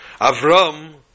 Avram